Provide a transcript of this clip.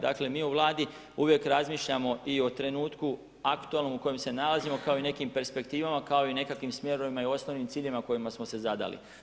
Dakle, mi u Vladi uvijek razmišljamo i o trenutku aktualnom u kojem se nalazima, kao i nekim perspektivama, kao i nekakvim smjerovima i osnovnim ciljevima koje smo si zadali.